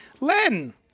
Len